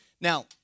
Now